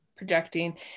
projecting